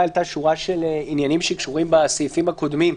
העלתה שורה של עניינים שקשורים בסעיפים הקודמים,